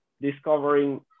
discovering